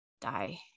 die